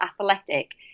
athletic